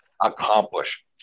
accomplish